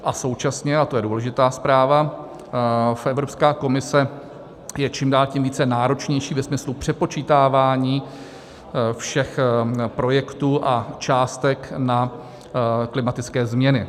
A současně a to je důležitá zpráva Evropská komise je čím dál tím více náročná ve smyslu přepočítávání všech projektů a částek na klimatické změny.